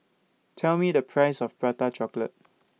Tell Me The Price of Prata Chocolate